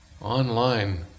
online